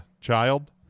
child